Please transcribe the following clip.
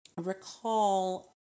recall